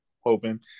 hoping